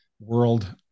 world